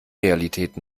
realität